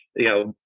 you know,